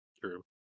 True